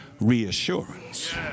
reassurance